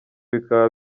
bikaba